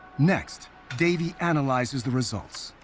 next, davey analyzes the results.